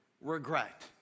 regret